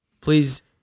please